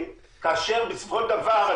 בסופו של דבר,